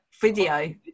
video